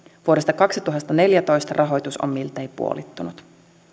vuodesta kaksituhattaneljätoista rahoitus on miltei puolittunut